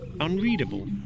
unreadable